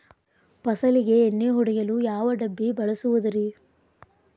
ಫಸಲಿಗೆ ಎಣ್ಣೆ ಹೊಡೆಯಲು ಯಾವ ಡಬ್ಬಿ ಬಳಸುವುದರಿ?